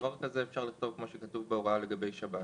דבר כזה אפשר לכתוב כמו שכתוב בהוראה לגבי שב"ס,